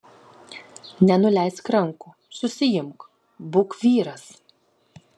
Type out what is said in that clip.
nenuleisk rankų susiimk būk vyras